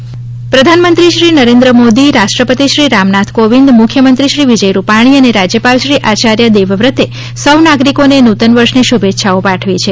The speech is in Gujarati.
શુભે ચ્છા પ્રધાનમંત્રી શ્રી નરેન્દ્ર મોદી રાષ્ટ્રપતિ શ્રી રામનાથ કોવિંદ મુખ્યમંત્રી વિજય રૂપાણી અને રાજ્યપાલ શ્રી આચાર્ય દેવવ્રતે સૌ નાગરિકોને નૂતન વર્ષની શુભેચ્છાઓ પાઠવી છે